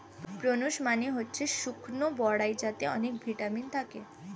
prunes মানে হচ্ছে শুকনো বরাই যাতে অনেক ভিটামিন থাকে